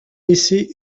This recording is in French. laisser